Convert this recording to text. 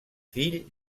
fill